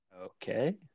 Okay